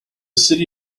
city